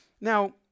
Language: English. Now